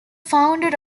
founder